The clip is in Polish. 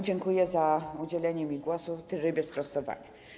Dziękuję za udzielenie mi głosu w trybie sprostowania.